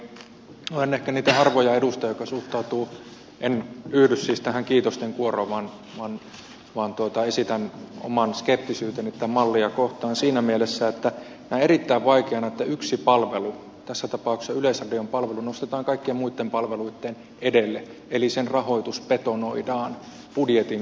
olen ehkä niitä harvoja edustajia jotka eivät yhdy tähän kiitosten kuoroon vaan esitän oman skeptisyyteni tätä mallia kohtaan siinä mielessä että näen erittäin vaikeana että yksi palvelu tässä tapauksessa yleisradion palvelu nostetaan kaikkien muitten palveluitten edelle eli sen rahoitus betonoidaan budjetin ulkopuolelle